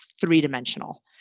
three-dimensional